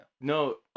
No